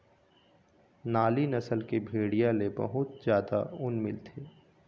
नाली नसल के भेड़िया ले बहुत जादा ऊन मिलथे